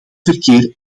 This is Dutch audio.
verkeer